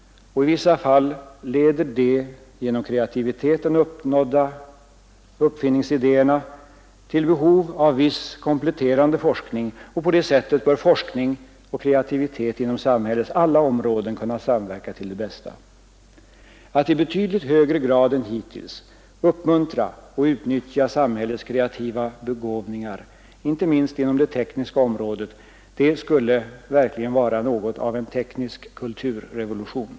I vissa fall leder den genom kreativiteten uppnådda uppfinnaridén till behovet av viss kompletterande forskning, och på det sättet bör forskning och kreativitet inom samhällets alla områden kunna samverka till det bästa. Att i betydligt högre grad än hittills uppmuntra och utnyttja samhällets kreativa begåvningar, inte minst inom det tekniska området, skulle verkligen vara någonting av en teknisk kulturrevolution.